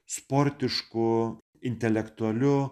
sportišku intelektualiu